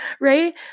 right